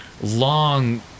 long